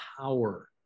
power